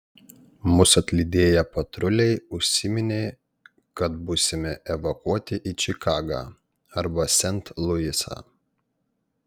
mus atlydėję patruliai užsiminė kad būsime evakuoti į čikagą arba sent luisą